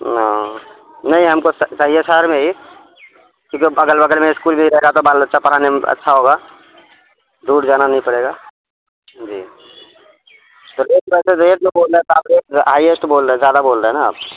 ن نہیں ہم کو چاہیے شہر میں ہی کیونکہ بگغل وغل میں اسکول بھی رہے گا تو بال بچا پڑھانے میں اچھا ہوگا دور جانا نہیں پڑے گا جی تو ریٹ ویسے ریٹ میں بول رہے ہیں تو آپ ریٹ آئیےس تو بول رہے ہیں زیادہ بول رہ ہیں نا آپ